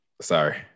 Sorry